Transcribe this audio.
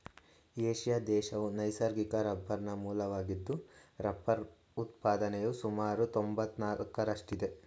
Asia ದೇಶವು ನೈಸರ್ಗಿಕ ರಬ್ಬರ್ನ ಮೂಲವಾಗಿದ್ದು ರಬ್ಬರ್ ಉತ್ಪಾದನೆಯು ಸುಮಾರು ತೊಂಬತ್ನಾಲ್ಕರಷ್ಟಿದೆ